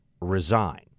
resign